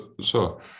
sure